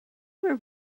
were